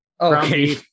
Okay